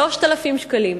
3,000 שקלים.